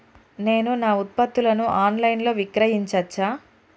నేను నా ఉత్పత్తులను ఆన్ లైన్ లో విక్రయించచ్చా?